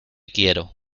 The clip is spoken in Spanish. quiero